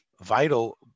vital